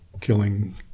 killing